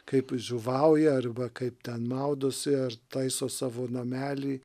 kaip žuvauja arba kaip ten maudosi ar taiso savo namelį